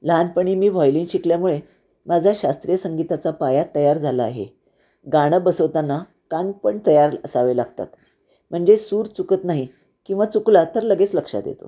लहानपणी मी व्हायलीन शिकल्यामुळे माझा शास्त्रीय संगीताचा पाया तयार झाला आहे गाणं बसवताना कान पण तयार असावे लागतात म्हणजे सूर चुकत नाही किंवा चुकला तर लगेच लक्षात येतो